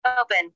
Open